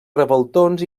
revoltons